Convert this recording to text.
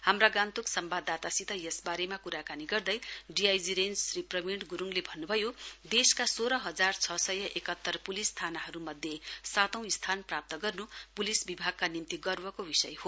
हाम्रा गान्तोक संवाददातासित यसबारेमा क्राकनी गर्दै डीआईजी रेञ्ज श्री प्रवीण ग्रूडले भन्न् भयो देशका सोह्र हजार छ सय एकात्तर पुलिस थानाहरूमध्ये सातौं स्थानमा प्राप्त गर्नु पुलिस विभागका निम्ति गर्वको विषय हो